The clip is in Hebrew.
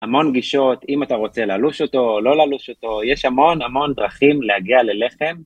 המון גישות אם אתה רוצה ללוש אותו או לא ללוש אותו, יש המון המון דרכים להגיע ללחם.